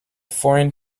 foreign